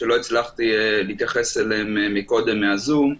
שלא הצלחתי להתייחס אליהם מקודם מהזום.